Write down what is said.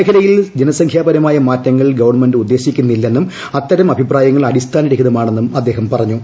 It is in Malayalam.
മേഖലയിൽ ജനസംഖ്യാപരമായ മാറ്റങ്ങൾ ഗവൺമെന്റ് ഉദ്ദേശിക്കുന്നില്ലെന്നും അത്തരം അഭിപ്രായങ്ങൾ അടിസ്ഥാനരഹിതമാണെന്നും അദ്ദേഹം പറഞ്ഞു